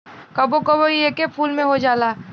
कबो कबो इ एके फूल में हो जाला